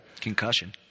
Concussion